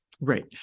Right